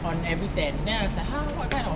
on every tenth then I was like !huh! what kind of